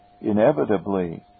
Inevitably